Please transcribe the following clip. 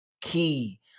key